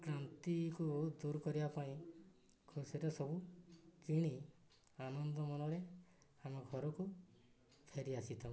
କ୍ରାନ୍ତିକୁ ଦୂର କରିବା ପାଇଁ ଖୁସିରେ ସବୁ କିଣି ଆନନ୍ଦ ମନରେ ଆମ ଘରକୁ ଫେରି ଆସିଥାଉ